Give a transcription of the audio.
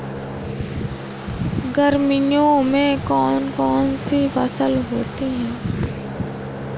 गर्मियों में कौन कौन सी फसल होती है?